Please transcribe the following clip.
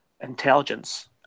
intelligence